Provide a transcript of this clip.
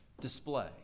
display